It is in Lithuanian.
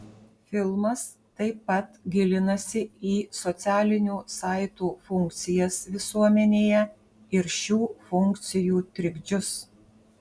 filmas taip pat gilinasi į socialinių saitų funkcijas visuomenėje ir šių funkcijų trikdžius